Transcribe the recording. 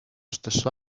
stesso